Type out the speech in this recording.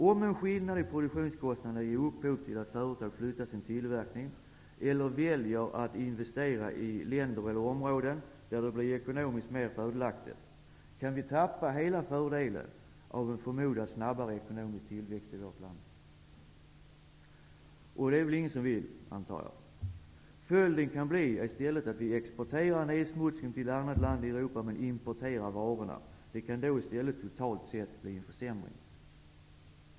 Om en skillnad i produktionskostnaderna ger upphov till att företag flyttar sin tillverkning, eller väljer att investera i länder eller områden, där det blir ekonomiskt mer fördelaktigt, kan vi tappa hela fördelen av en förmodad snabbare ekonomisk tillväxt i vårt land. Och det vill väl ingen, antar jag. Följden kan i stället bli att vi exporterar nedsmutsningen till något annat land i Europa men importerar varorna. Det kan då i stället totalt sett bli en försämring.